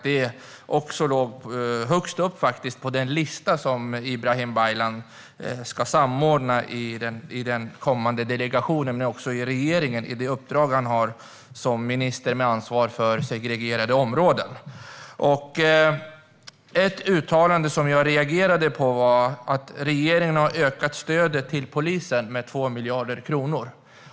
Det ligger högst upp på den lista över saker som Ibrahim Baylan ska samordna i den kommande delegationen men också i regeringen i det uppdrag han har som minister med ansvar för segregerade områden. Ett uttalande som jag reagerade på var att regeringen har ökat stödet till polisen med 2 miljarder kronor.